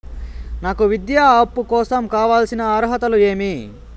నాకు విద్యా అప్పు కోసం కావాల్సిన అర్హతలు ఏమి?